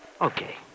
Okay